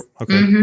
Okay